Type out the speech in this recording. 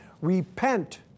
Repent